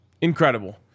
Incredible